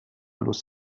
los